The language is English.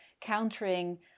countering